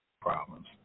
problems